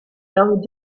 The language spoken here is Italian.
long